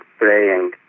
praying